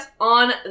on